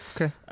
Okay